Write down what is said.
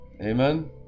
amen